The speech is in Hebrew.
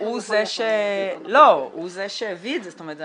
הוא זה שהביא את זה, זה